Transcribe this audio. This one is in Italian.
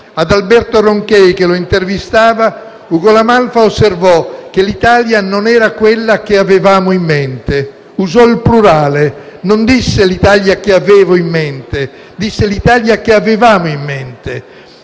ad Alberto Ronchey che lo intervistava, Ugo La Malfa osservò che «l'Italia non era quella che avevamo in mente». Usò il plurale: non disse «l'Italia che avevo in mente» ma «l'Italia che avevamo in mente»;